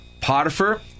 Potiphar